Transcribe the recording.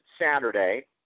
Saturday